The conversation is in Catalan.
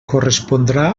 correspondrà